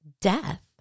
death